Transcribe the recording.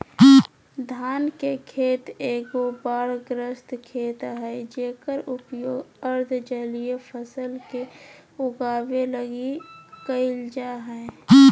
धान के खेत एगो बाढ़ग्रस्त खेत हइ जेकर उपयोग अर्ध जलीय फसल के उगाबे लगी कईल जा हइ